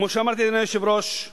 כמו שאמרתי, אדוני היושב-ראש,